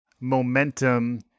momentum